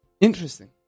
interesting